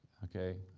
okay?